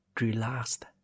relaxed